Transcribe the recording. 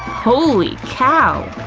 holy cow!